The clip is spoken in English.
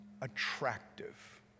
attractive